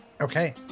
Okay